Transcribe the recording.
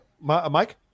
Mike